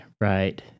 right